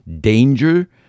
danger